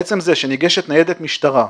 עצם זה שניגשת ניידת משטרה,